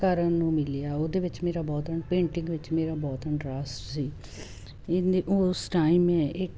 ਕਰਨ ਨੂੰ ਮਿਲਿਆ ਉਹਦੇ ਵਿੱਚ ਮੇਰਾ ਬਹੁਤ ਇੰ ਪੇਂਟਿੰਗ ਵਿੱਚ ਮੇਰਾ ਬਹੁਤ ਇੰਟਰਸਟ ਸੀ ਇਹਦੇ ਉਸ ਟਾਈਮ ਮੈਂ ਇੱਕ